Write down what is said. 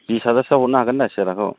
बिस हाजार सोआव हरनो हागोन दा सियारखौ